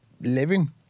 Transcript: living